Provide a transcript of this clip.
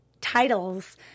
titles